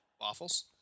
Waffles